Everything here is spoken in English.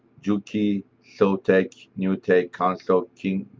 juki, sewtech, new-tech, consew, king,